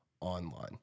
online